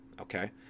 Okay